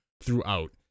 throughout